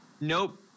Nope